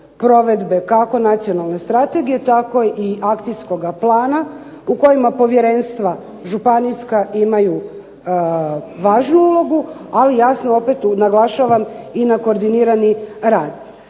provedbe kako Nacionalne strategije tako i akcijskoga plana u kojima povjerenstva županijska imaju važnu ulogu. Ali jasno opet tu naglašavam i na koordinirani rad.